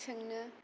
सोङो